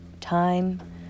time